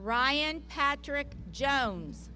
ryan patrick jones